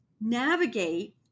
navigate